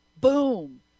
Boom